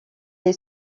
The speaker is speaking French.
est